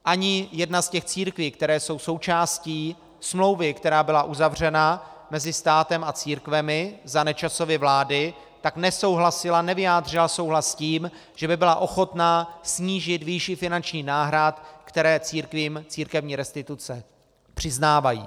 Ani jedna z těch církví, které jsou součástí smlouvy, která byla uzavřena mezi státem a církvemi za Nečasovy vlády, nesouhlasila, nevyjádřila souhlas s tím, že by byla ochotna snížit výši finančních náhrad, které církvím církevní restituce přiznávají.